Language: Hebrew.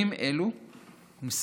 לאור הממצאים עד כה,